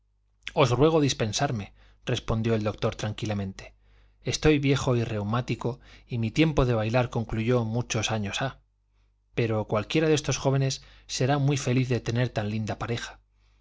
os ruego dispensarme respondió el doctor tranquilamente estoy viejo y reumático y mi tiempo de bailar concluyó muchos años ha pero cualquiera de estos jóvenes será muy feliz de tener tan linda pareja